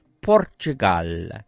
Portugal